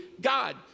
god